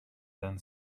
then